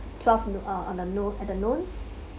twelve uh on the noo~ at the noon